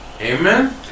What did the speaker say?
Amen